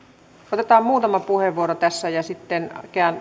otetaan muutama puheenvuoro tässä ja sitten